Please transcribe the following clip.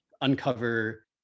uncover